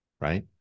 right